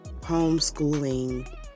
homeschooling